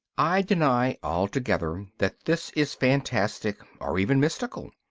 i deny altogether that this is fantastic or even mystical.